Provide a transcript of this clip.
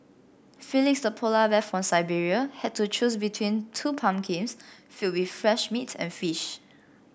Felix the polar bear from Siberia had to choose between two pumpkins filled with fresh meat and fish